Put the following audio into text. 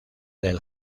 del